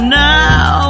now